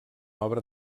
obra